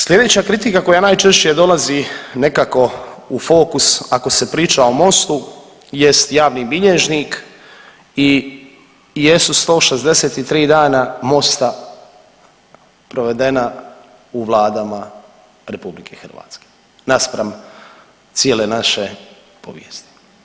Slijedeća kritika koja najčešće dolazi nekako u fokus ako se priča o MOST-u jest javni bilježnik i jesu 163 dana MOST-a provedena u vladama RH naspram cijele naše povijesti.